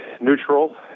neutral